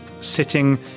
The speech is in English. sitting